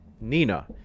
Nina